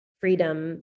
freedom